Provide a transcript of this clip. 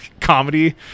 comedy